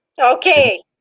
Okay